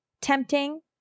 tempting